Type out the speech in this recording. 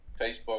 Facebook